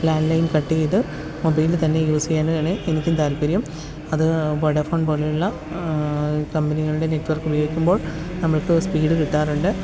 landline cut ചെയ്ത് mobile തന്നെ use ചെയ്യുന്നതാണ് എനിക്കും താല്പ്പര്യം അത് വോഡാഫോണ് പോലെയുള്ള കമ്പനികളുടെ നെറ്റ്വർക്ക് ഉപയോഗിക്കുമ്പോള് നമ്മള്ക്ക് സ്പീഡ് കിട്ടാറുണ്ട്